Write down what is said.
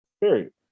Period